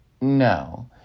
no